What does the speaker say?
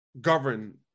govern